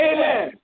Amen